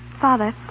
Father